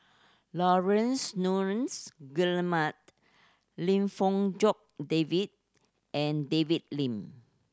Laurence Nunns Guillemard Lim Fong Jock David and David Lim